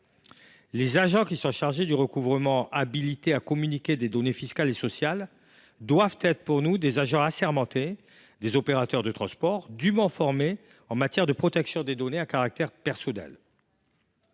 les agents chargés du recouvrement habilités à communiquer des données fiscales et sociales doivent être des agents assermentés des opérateurs de transport, dûment formés en matière de protection des données à caractère personnel.